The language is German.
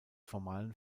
formalen